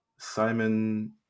Simon